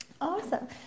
Awesome